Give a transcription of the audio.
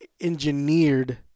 engineered